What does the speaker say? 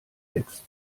wächst